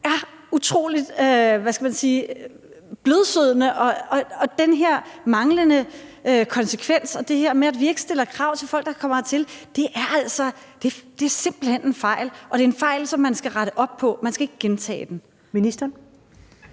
er utrolig blødsødne, og at den her manglende konsekvens og det, at vi ikke stiller krav til folk, der kommer hertil, altså simpelt hen er en fejl, og at det er en fejl, man skal rette op på og ikke gentage? Kl. 14:10